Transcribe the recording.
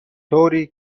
طوری